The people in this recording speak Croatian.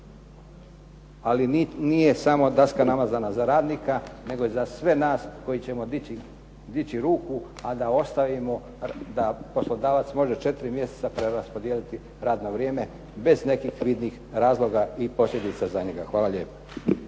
Ali nije samo daska namazana za radnika nego i za sve nas koji ćemo dići ruku a da ostavimo da poslodavac može 4 mjeseca preraspodijeliti radno vrijeme bez nekih vidnih razloga i posljedica za njega. Hvala lijepa.